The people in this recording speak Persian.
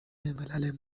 ملل